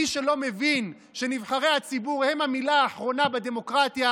מי שלא מבין שנבחרי הציבור הם המילה האחרונה בדמוקרטיה,